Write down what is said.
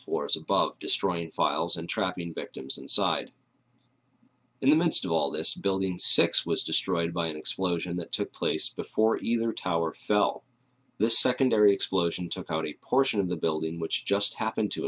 floors above destroying files and trapping victims inside in the midst of all this building six was destroyed by an explosion that took place before either tower fell the secondary explosion took out a portion of the building which just happened to